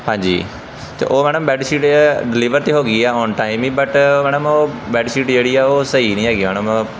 ਹਾਂਜੀ ਅਤੇ ਉਹ ਮੈਡਮ ਬੈਡ ਸ਼ੀਟ ਡਿਲੀਵਰ ਤਾਂ ਹੋ ਗਈ ਆ ਹੁਣ ਟਾਈਮ ਹੀ ਬਟ ਮੈਡਮ ਉਹ ਬੈਡ ਸ਼ੀਟ ਜਿਹੜੀ ਆ ਉਹ ਸਹੀ ਨਹੀਂ ਹੈਗੀ ਮੈਡਮ